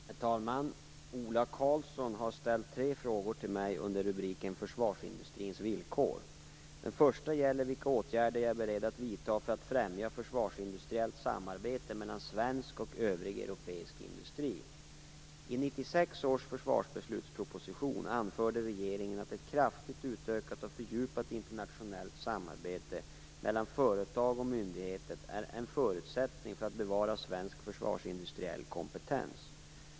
Herr talman! Ola Karlsson har ställt tre frågor till mig under rubriken försvarsindustrins villkor. Den första gäller vilka åtgärder jag är beredd att vidta för att främja försvarsindustriellt samarbete mellan svensk och övrig europeisk industri. I 1996 års försvarsbeslutsproposition anförde regeringen att ett kraftigt utökat och fördjupat internationellt samarbete mellan företag och mellan myndigheter är en förutsättning för att bevara svensk försvarsindustriell kompetens.